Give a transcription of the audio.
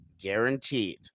guaranteed